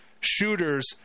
shooters